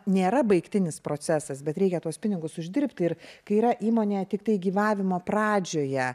nėra baigtinis procesas bet reikia tuos pinigus uždirbti ir kai yra įmonė tiktai gyvavimo pradžioje